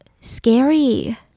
scary